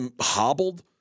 hobbled